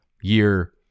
year